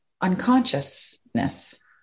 unconsciousness